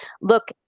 look